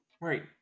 Right